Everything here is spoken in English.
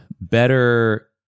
better